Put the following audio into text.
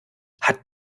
hat